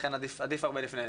לכן עדיף הרבה לפני.